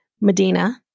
Medina